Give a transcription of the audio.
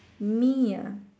me ah